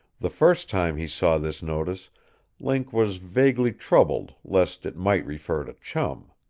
the first time he saw this notice link was vaguely troubled lest it might refer to chum.